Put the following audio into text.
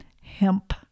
hemp